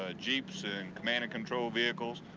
ah jeeps, and command and control vehicles.